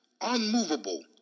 unmovable